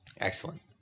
Excellent